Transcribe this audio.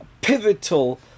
pivotal